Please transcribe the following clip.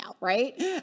Right